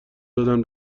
دادن